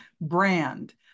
brand